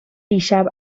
دیشب